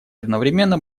одновременно